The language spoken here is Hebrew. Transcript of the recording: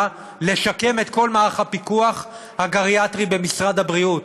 לשקם את כל מערך הפיקוח הגריאטרי במשרד הבריאות.